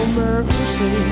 mercy